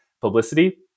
publicity